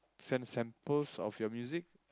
send samples of your music